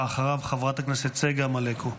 אחריו, חברת הכנסת צגה מלקו.